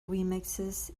remixes